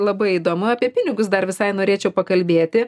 labai įdomu apie pinigus dar visai norėčiau pakalbėti